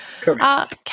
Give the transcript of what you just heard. Correct